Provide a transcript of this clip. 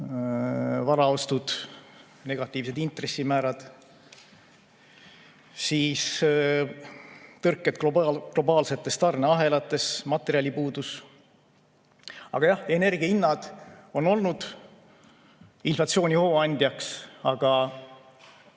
varaostud, negatiivsed intressimäärad, siis tõrked globaalsetes tarneahelates, materjali puudus. Aga jah, energia hinnad on olnud inflatsiooni hooandjaks. Ent